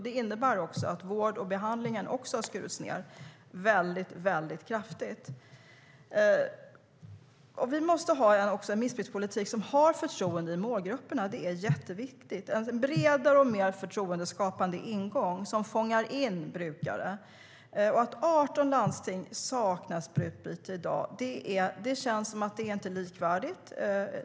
Det innebär att också vården och behandlingen har skurits ned kraftigt. Vi måste ha en missbrukspolitik som har förtroende hos målgrupperna. Det är jätteviktigt med en bredare och mer förtroendeskapande ingång som fångar in brukare. Att 18 landsting saknar sprututbyte i dag känns inte som att det är likvärdigt.